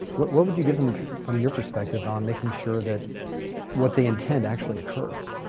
what what would you give them from your perspective on making sure that what the intent actually occurs?